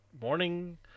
morning